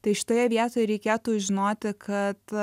tai šitoje vietoje reikėtų žinoti kad